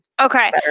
Okay